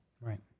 Right